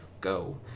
go